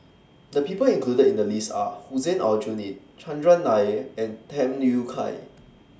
The People included in The list Are Hussein Aljunied Chandran Nair and Tham Yui Kai